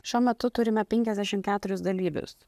šiuo metu turime penkiasdešim keturis dalyvius